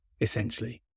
essentially